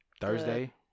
Thursday